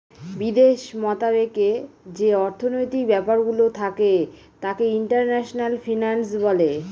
বিদেশ মতাবেকে যে অর্থনৈতিক ব্যাপারগুলো থাকে তাকে ইন্টারন্যাশনাল ফিন্যান্স বলে